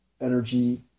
energy